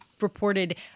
reported